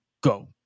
Go